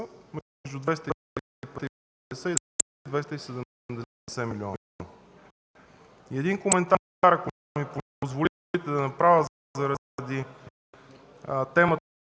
между 250 и 270 милиона. Един коментар, ако ми позволите да направя, заради темата,